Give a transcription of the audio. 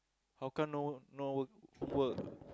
how come no no work work